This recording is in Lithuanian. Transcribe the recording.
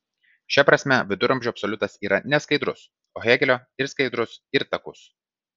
šia prasme viduramžių absoliutas yra neskaidrus o hėgelio ir skaidrus ir takus